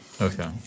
Okay